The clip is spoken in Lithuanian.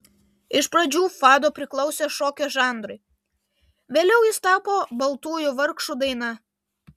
iš pradžių fado priklausė šokio žanrui vėliau jis tapo baltųjų vargšų daina